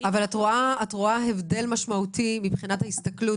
את רואה הבדל משמעותי מבחינת ההסתכלות